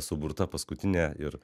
suburta paskutinė ir